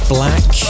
Black